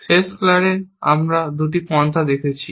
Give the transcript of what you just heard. শেষ ক্লাসে আমরা দুটি পন্থা দেখেছি